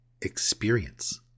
experience